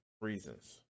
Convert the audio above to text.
reasons